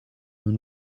nous